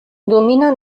domina